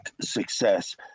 success